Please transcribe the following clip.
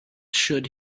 should